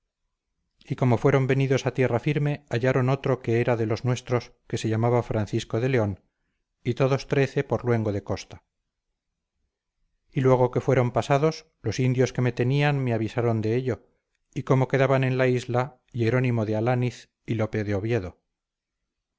y como fueron venidos a tierra firme hallaron otro que era de los nuestros que se llamaba francisco de león y todos trece por luengo de costa y luego que fueron pasados los indios que me tenían me avisaron de ello y cómo quedaban en la isla hierónimo de alaniz y lope de oviedo